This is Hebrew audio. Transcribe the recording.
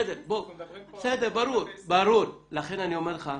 בסדר, ברור, לכן אני אומר לך,